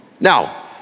Now